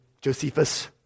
Josephus